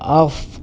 off